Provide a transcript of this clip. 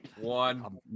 One